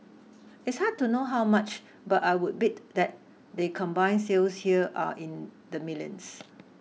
it's hard to know how much but I would bet that their combined sales here are in the millions